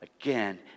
again